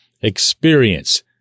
experience